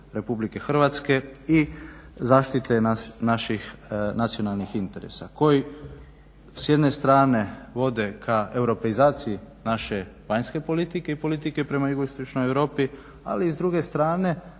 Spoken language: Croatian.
u interesu RH i zaštite naših nacionalnih interesa koji s jedne strane vodi k europeizaciji naše vanjske politike i politike prema Jugoistočnoj Europi ali i s druge strane